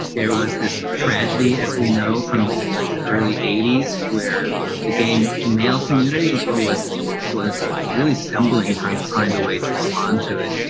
there was this tragedy, as we know from like the early eighty s, where the game male community ah was was really stumbling, trying to find a way to respond to it.